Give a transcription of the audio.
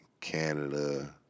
Canada